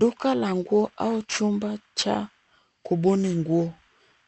Duka la nguo au chumba cha kubuni nguo,